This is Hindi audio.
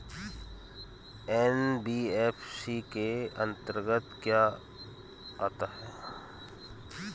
एन.बी.एफ.सी के अंतर्गत क्या आता है?